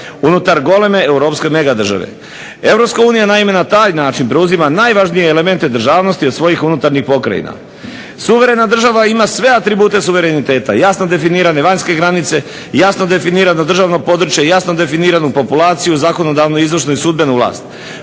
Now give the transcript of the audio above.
unutar goleme europske megadržave. Europska unija naime na taj način preuzima najvažnije elemente državnosti od svojih unutarnjih pokrajina. Suverena država ima sve atribute suvereniteta i jasno definirane vanjske granice i jasno definirano državno područje i jasno definiranu populaciju, zakonodavnu, izvršnu i sudbenu vlast